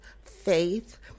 faith